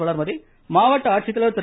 வளர்மதி மாவட்ட ஆட்சித்தலைவர் திரு